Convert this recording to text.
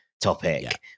Topic